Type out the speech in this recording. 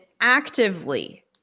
actively